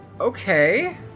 okay